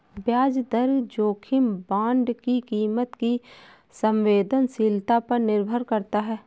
ब्याज दर जोखिम बांड की कीमत की संवेदनशीलता पर निर्भर करता है